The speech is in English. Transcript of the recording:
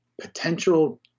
potential